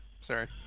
Sorry